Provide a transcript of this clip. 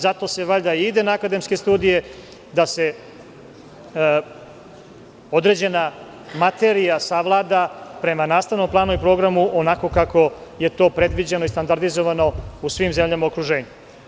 Zato se valjda i ide na akademske studije, da se određena materija savlada prema nastavnom planu i programu onako kako je to predviđeno i standardizovano u svim zemljama u okruženju.